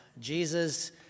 Jesus